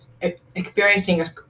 experiencing